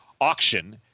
auction